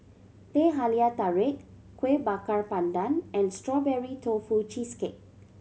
Teh Halia Tarik Kuih Bakar Pandan and Strawberry Tofu Cheesecake